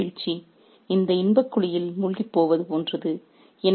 இந்த அரசியல் வீழ்ச்சி இந்த இன்ப குழியில் மூழ்கிப் போவது போன்றது